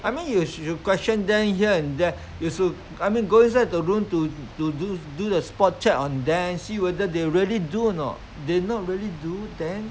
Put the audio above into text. I mean you should question them here and there you should I mean go inside the room to do do do the spot check on them see if they really do or not they not really do then